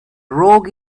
rogue